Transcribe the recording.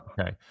okay